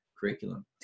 curriculum